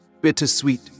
Bittersweet